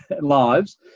lives